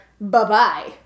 Bye-bye